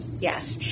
Yes